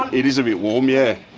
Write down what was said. it is a bit warm, yeah.